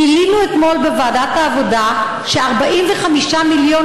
גילינו אתמול בוועדת העבודה ש-45 מיליון